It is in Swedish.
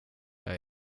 jag